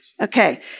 Okay